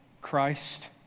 Christ